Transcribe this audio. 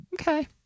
Okay